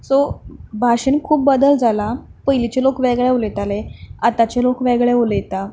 so भाशेन खूब बदल जाला पयलींचे लोक वेगळे उलयताले आतांचे लोक वेगळे उलयता